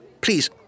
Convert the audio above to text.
Please